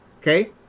Okay